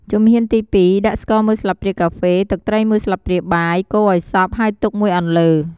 ជំហានទី២ ដាក់ស្ករមួយស្លាបព្រាកាហ្វេ ទឹកត្រីមួយស្លាបព្រាបាយ កូរឱ្យសព្វ ហើយទុកមួយអន្លើ។